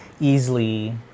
easily